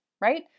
right